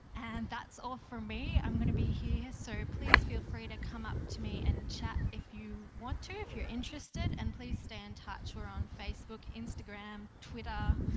and that's all from me, i'm going to be here, so please feel free to come up to me and chat if you want to if you're interested and please stay in touch, we're on facebook, instagram, twitter,